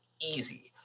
easy